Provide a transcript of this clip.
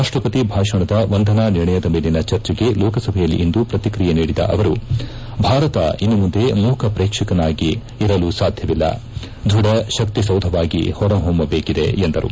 ರಾಷ್ಟಪತಿ ಭಾಷಣದ ವಂದನಾ ನಿರ್ಣಯದ ಮೇಲಿನ ಚರ್ಚೆಗೆ ಲೋಕಸಭೆಯಲ್ಲಿಂದು ಪ್ರತಿಕ್ರಿಯೆ ನೀಡಿದ ಅವರು ಭಾರತ ಇನ್ನು ಮುಂದೆ ಮೂಕಪ್ರೇಕ್ಷಕನಾಗಿರಲು ಸಾಧ್ಯವಿಲ್ಲ ದೃಢ ಶಕ್ತಿಸೌಧವಾಗಿ ಹೊರಹೊಮ್ಮಬೇಕಿದೆ ಎಂದರು